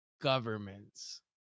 governments